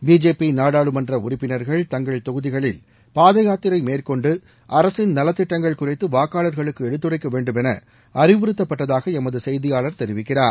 BJP நாடாளுமன்ற உறுப்பினர்கள் தங்கள் தொகுதிகளில் பாதயாத்திரை மேற்கொண்டு அரசின் நலத்திட்டங்கள் குறித்து வாக்காளர்களுக்கு எடுத்துரைக்க வேண்டுமென அறிவுறத்தப்பட்டதாக எமது செய்தியாளர் தெரிவிக்கிறார்